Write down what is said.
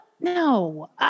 no